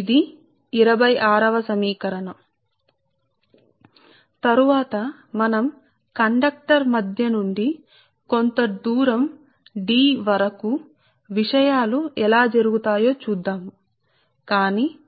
ఇది మీ సమీకరణం 26 కాబట్టి అంటే ఈ సందర్భం లో ఏమి ఉందో మనం చూడ వచ్చు L బాహ్య సందర్భం అది మీ తరువాత మనం పిలిచే దానిపై ఆధారపడి ఉంటుంది కండక్టర్ మధ్య నుండి కొంత దూరం D వరకు విషయాలు ఎలా జరుగుతాయో చూస్తాము కానీ మీకు